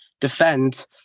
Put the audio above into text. Defend